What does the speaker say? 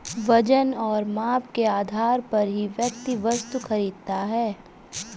वजन और माप के आधार पर ही व्यक्ति वस्तु खरीदता है